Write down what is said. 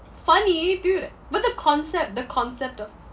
funny to you right but the concept the concept of